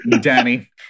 Danny